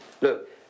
Look